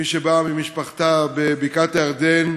כמי שבא ממשפחתה בבקעת-הירדן,